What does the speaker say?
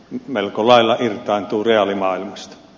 nyt melko lailla irtaantui reaalimaailmastas